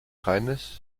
kindness